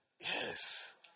yes